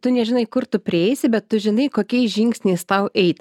tu nežinai kur tu prieisi bet tu žinai kokiais žingsniais tau eit